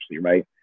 right